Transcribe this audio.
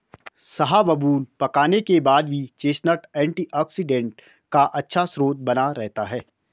शाहबलूत पकाने के बाद भी चेस्टनट एंटीऑक्सीडेंट का अच्छा स्रोत बना रहता है